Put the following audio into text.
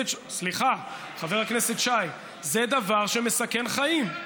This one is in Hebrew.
סליחה, חבר הכנסת שי, זה דבר שמסכן חיים.